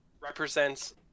represents